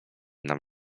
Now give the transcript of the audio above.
nam